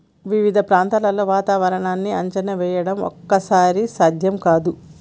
వివిధ ప్రాంతాల్లో వాతావరణాన్ని అంచనా వేయడం ఒక్కోసారి సాధ్యం కాదు